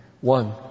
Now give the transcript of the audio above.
One